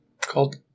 Called